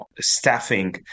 staffing